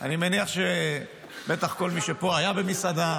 אני מניח שבטח כל מי שפה היה במסעדה,